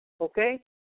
Okay